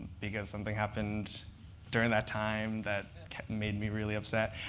because something happened during that time that made me really upset.